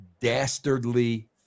dastardly